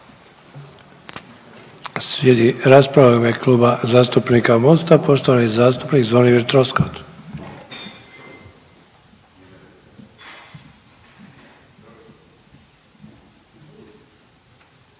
Slijedi rasprava u ime Kluba zastupnika Mosta, poštovani zastupnik Zvonimir Troskot.